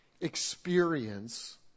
experience